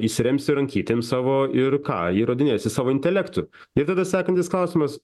įsiremsi rankytėm savo ir ką įrodinėsi savo intelektu ir tada sekantis klausimas